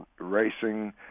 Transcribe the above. racing